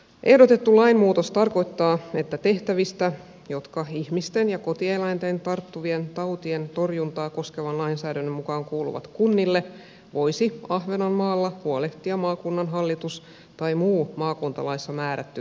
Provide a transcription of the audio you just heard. ehdotettu lainmuutos tarkoittaa että tehtävistä jotka ihmisten ja kotieläinten tarttuvien tautien torjuntaa koskevan lainsäädännön mukaan kuuluvat kunnille voisi ahvenanmaalla huolehtia maakunnan hallitus tai muu maakuntalaissa määrätty viranomainen